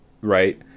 right